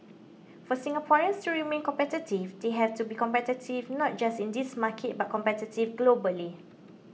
for Singaporeans to remain competitive they have to be competitive not just in this market but competitive globally